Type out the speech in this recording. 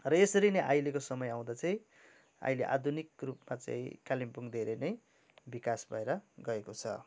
र यसरी नै अहिलेको समय आउँदा चाहिँ अहिले आधुनिक रूपमा चाहिँ कालिम्पोङ धेरै नै बिकास भएर गएको छ